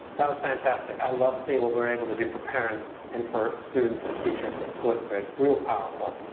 that was fantastic. i love seeing what we're able to do for parents, and for students, and teachers with flipgrid. real powerful.